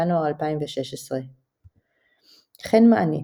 ינואר 2016 חן מענית,